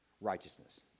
righteousness